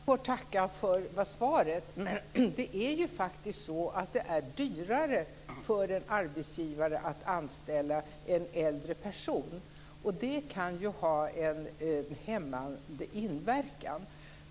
Herr talman! Jag får tacka för svaret, men det är faktiskt dyrare för arbetsgivare att anställa en äldre person, vilket kan ha en hämmande inverkan.